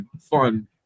fun